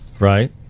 right